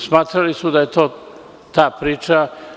Smatrali su da je to ta priča.